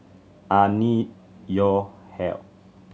I need your help